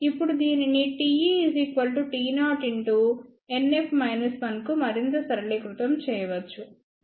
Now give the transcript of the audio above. ఇప్పుడు దీనిని TeT0 కు మరింత సరళీకృతం చేయవచ్చు